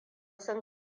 sun